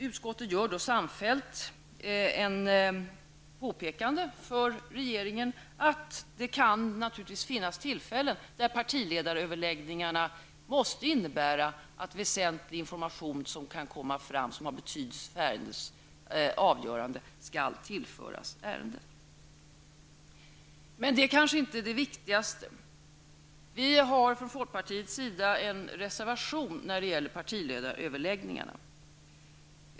Utskottet gör då samfällt för regeringen ett påpekande om att det naturligtvis finns tillfällen då partiöverläggningarna måste innebära att väsentlig information för ärendets avgörande skall tillföras ärendet. Men det är kanske inte det viktigaste. Folkpartiet har en reservation när det gäller partiledaröverläggningarna.